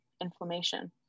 inflammation